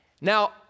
Now